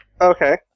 Okay